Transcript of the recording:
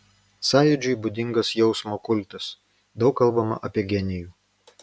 sąjūdžiui būdingas jausmo kultas daug kalbama apie genijų